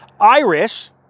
Irish